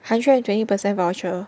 hundred and twenty percent voucher